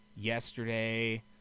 yesterday